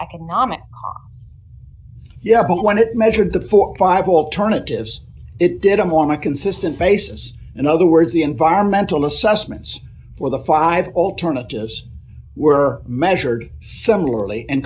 economic yeah but when it measured the for five alternatives it did a more my consistent basis in other words the environmental assessments were the five alternatives were measured similarly and